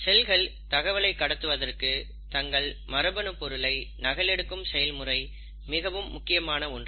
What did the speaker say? செல்கள் தகவலை கடத்துவதற்கு தங்கள் மரபணு பொருளை நகல் எடுக்கும் செயல்முறை மிகவும் முக்கியமான ஒன்று